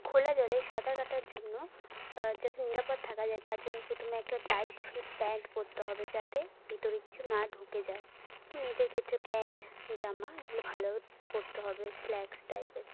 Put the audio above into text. খোলা জলে সাঁতার কাটার জন্য যাতে নিরাপদ থাকা যায় তার জন্য প্রথমে একটা টাইট ফিট প্যান্ট পরতে হবে যাতে ভিতরে কিছু না ঢুকে যায় মেয়েদের ক্ষেত্রে প্যান্ট জামা এগুলো ভালো পরতে হবে স্ল্যাক্স টাইপের